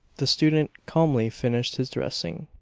the student calmly finished his dressing.